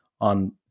on